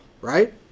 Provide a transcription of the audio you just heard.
Right